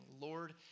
Lord